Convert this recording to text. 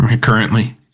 currently